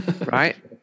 right